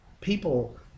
People